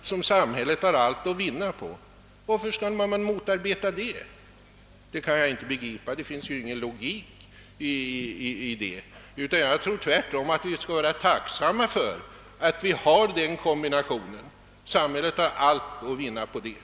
Varför skall man motarbeta den typen av dubbelarbete? Det kan jag inte begripa. Det finns ju ingen logik i detta. Jag tror tvärtom att vi skall vara tacksamma för att vi har den kombinationen. Samhället har allt att vinna på den.